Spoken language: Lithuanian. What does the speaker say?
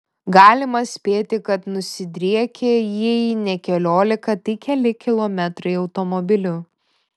galima spėti kad nusidriekė jei ne keliolika tai keli kilometrai automobilių